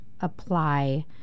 apply –